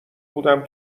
بودم